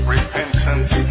Repentance